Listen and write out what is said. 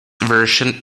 version